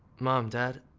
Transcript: mom, dad,